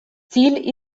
ziel